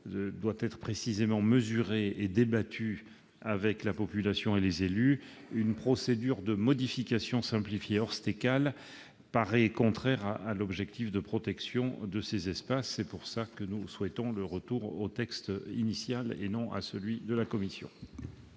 devant être précisément mesuré et débattu avec la population et les élus, une procédure de modification simplifiée hors STECAL paraît contraire à l'objectif de protection de ces espaces. C'est pourquoi nous souhaitons le retour au dispositif initial. Je mets